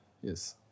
Yes